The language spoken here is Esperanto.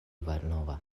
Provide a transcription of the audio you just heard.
malnova